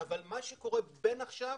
שקורה בין עכשיו